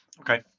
Okay